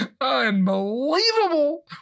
Unbelievable